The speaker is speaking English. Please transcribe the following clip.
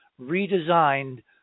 redesigned